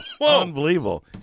Unbelievable